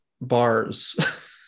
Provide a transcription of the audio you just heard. bars